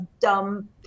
dumb